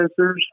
sensors